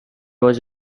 was